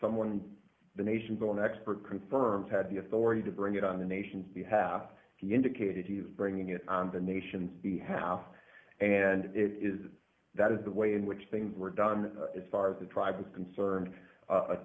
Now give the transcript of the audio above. someone the nation's own expert confirms had the authority to bring it on the nation's behalf he indicated he is bringing it on the nation's behalf and it is that is the way in which things were done as far as the tribe is concerned